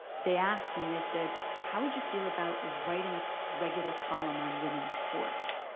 they asked me. they said, how would you feel about writing a regular column on women's sports?